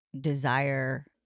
desire